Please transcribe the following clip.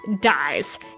dies